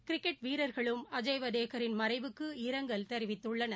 cricket வீரர்களும் அஜய் வடகேரின் மறைவுக்கு இரங்கல் தெரிவித்துள்ளனர்